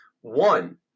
One